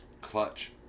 Clutch